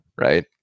Right